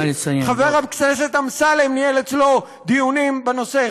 חבר הכנסת אמסלם ניהל אצלו דיונים בנושא,